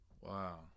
Wow